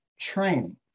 training